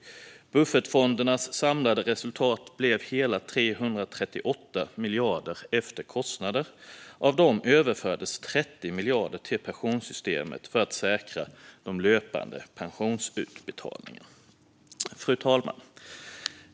Buffertfondernas samlade resultat blev hela 338 miljarder efter kostnader. Av dem överfördes 30 miljarder till pensionssystemet för att säkra de löpande pensionsutbetalningarna. Fru talman!